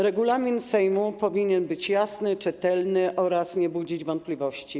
Regulamin Sejmu powinien być jasny i czytelny oraz nie budzić wątpliwości.